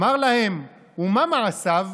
אמר להם: ומה מעשיו?